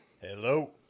hello